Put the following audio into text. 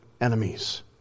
enemies